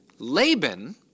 Laban